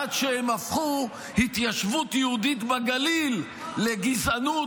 עד שהם הפכו התיישבות יהודית בגליל לגזענות